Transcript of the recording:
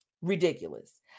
ridiculous